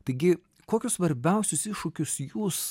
taigi kokius svarbiausius iššūkius jūs